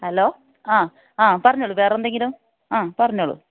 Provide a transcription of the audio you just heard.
hello ആ ആ പറഞ്ഞോളൂ വേറെ എന്തെങ്കിലും ആ പറഞ്ഞോളൂ